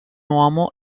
uomo